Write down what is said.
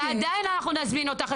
ועדיין אנחנו נזמין אותך,